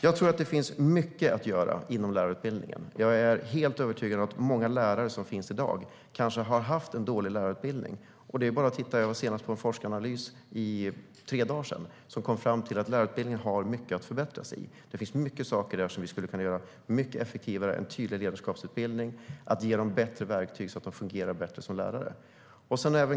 Jag tror att det finns mycket att göra inom lärarutbildningen, och jag är helt övertygad om att många lärare som finns i dag kanske har fått en dålig lärarutbildning. Det är bara att titta på den forskningsanalys som kom för tre dagar sedan, där man kom fram till att det finns mycket att förbättra i lärarutbildningen. Det finns mycket vi skulle kunna göra effektivare, som en tydligare ledarskapsutbildning och att ge dem bättre verktyg så att de fungerar bättre som lärare.